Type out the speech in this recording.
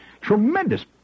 tremendous